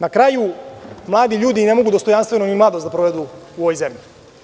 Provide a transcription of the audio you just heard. Na kraju, mladi ljudi ne mogu dostojanstveno ni mladost da provedu u ovoj zemlji.